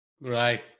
Right